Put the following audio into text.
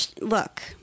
look